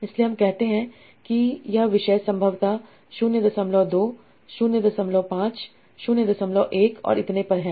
इसलिए हम कहते हैं कि यह विषय संभवत 020501 और इतने पर है